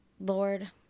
Lord